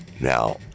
Now